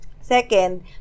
Second